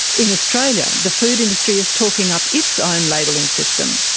in australia, the food industry is talking up its own labelling system,